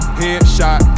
headshot